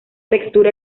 textura